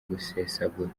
gusesagura